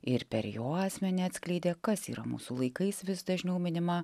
ir per jo asmenį atskleidė kas yra mūsų laikais vis dažniau minima